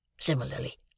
Similarly